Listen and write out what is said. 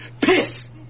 piss